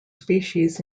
species